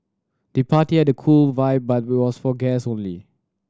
the party had a cool vibe but was for guest only